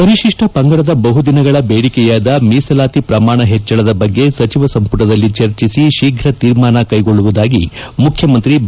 ಪರಿಶಿಷ್ಟ ಪಂಗಡದ ಬಹು ದಿನಗಳ ಬೇಡಿಕೆಯಾದ ಮೀಸಲಾತಿ ಪ್ರಮಾಣ ಹೆಚ್ಚಳದ ಬಗ್ಗೆ ಸಚಿವ ಸಂಪುಟದಲ್ಲಿ ಚರ್ಚಿಸಿ ಶೀಘ್ರ ತೀರ್ಮಾನ ಕೈಗೊಳ್ಳವುದಾಗಿ ಮುಖ್ಯಮಂತ್ರಿ ಬಿ